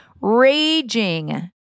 raging